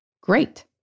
great